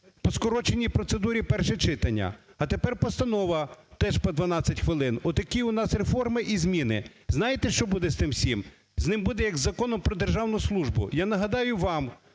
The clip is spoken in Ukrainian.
по скороченій процедурі перше читання. А тепер постанова – теж по 12 хвилин. От такі реформи і зміни. Знаєте, що буде з тим всім? З ним буде, як із Законом про державну службу. Я нагадаю вам